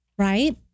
Right